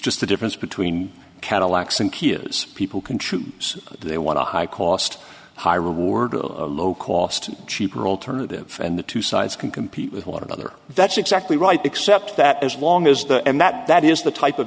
just the difference between cadillacs and key is people can choose they want a high cost high reward low cost cheaper alternative and the two sides can compete with one another that's exactly right except that as long as the and that that is the type of